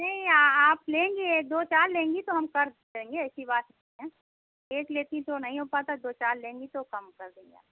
नहीं आ आप लेंगे दो चार लेंगी तो हम कर देंगे ऐसी बात नहीं है एक लेतीं तो नहीं हो पाता दो चार लेंगी तो कम कर देंगे आप